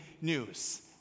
news